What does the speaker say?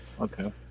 okay